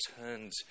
turned